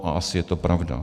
A asi je to pravda.